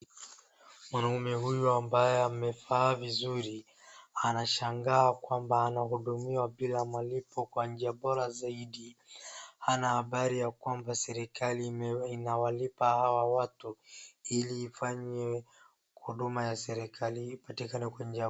Mwanaume huyu ambaye amevaa vizuri anashangaa kwamba anahudumiwa bila malipo kwa njia bora zaidi. Hana habari ya kwamba serikali inawalipa hawa watu ili wafanye huduma ya serikali ipatikane kwa njia.